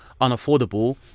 unaffordable